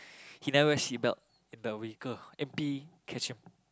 he never seat belt in the vehicle M_P catch him